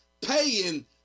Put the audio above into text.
paying